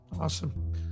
Awesome